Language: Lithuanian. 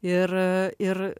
ir ir